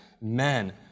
men